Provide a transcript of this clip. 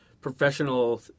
professional